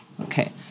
okay